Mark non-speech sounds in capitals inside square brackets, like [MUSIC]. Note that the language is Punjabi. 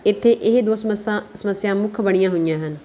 ਇੱਥੇ ਇਹ ਦੋ [UNINTELLIGIBLE] ਸਮੱਸਿਆਵਾਂ ਮੁੱਖ ਬਣੀਆਂ ਹੋਈਆਂ ਹਨ